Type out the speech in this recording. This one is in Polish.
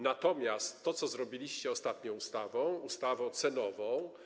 Natomiast to, co zrobiliście ostatnią ustawą, ustawą cenową.